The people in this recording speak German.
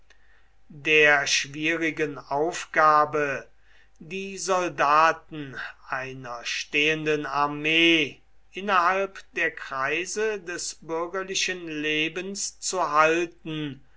der schwierigen aufgabe die soldaten einer stehenden armee innerhalb der kreise des bürgerlichen lebens zu halten